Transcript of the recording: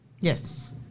Yes